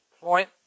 point